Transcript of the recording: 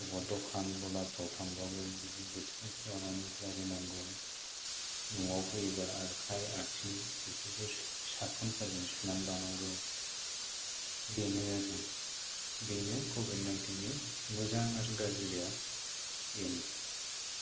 अबाव दखान गलाफ्राव थांब्लाबो बिदि डिस्टेन्स लानानै रायज्लाय नांगौ न'आव फैब्ला आखाइ आथिं बेफोरखौ साफुनफोरजों सुनानै लानांगौ बेनो आरो बेनो क'भिड नाइनटिननि मोजां आरो गाज्रिआ बेनो